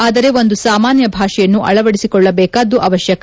ಆದರೆ ಒಂದು ಸಾಮಾನ್ಯ ಭಾಷೆಯನ್ನು ಅಳವಡಿಸಿಕೊಳ್ಳಬೇಕಾದ್ದು ಅವಶ್ಯಕ